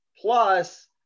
Plus